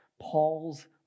Paul's